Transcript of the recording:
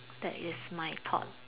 that is my thought